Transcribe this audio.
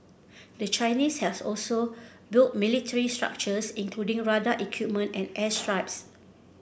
the Chinese has also built military structures including radar equipment and airstrips